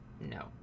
no